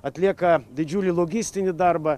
atlieka didžiulį logistinį darbą